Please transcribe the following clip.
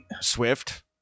Swift